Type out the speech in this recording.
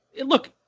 Look